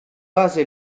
base